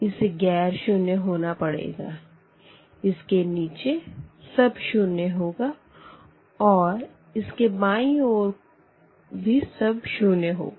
इसे गैर शून्य होना पड़ेगा इसके नीचे सब शून्य होगा और इसके बायीं ओर भी सब शून्य होगा